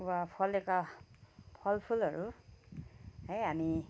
फुलेका वा फलेका फलफुलहरू है हामी